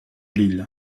l’île